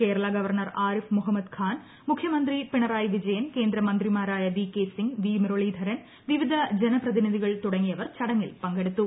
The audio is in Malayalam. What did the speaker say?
കേരള ഗവർണർ ആരിഫ് മുഹമ്മദ് ഖാൻ മുഖ്യമന്ത്രി പിണറായി വിജയൻ കേന്ദ്രമന്ത്രിമാരായ V K Singh V Muraleedharan വിവിധ ജനപ്രതിനിധികൾ തുടങ്ങിയവർ ചടങ്ങിൽ പങ്കെടുത്തു